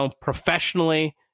professionally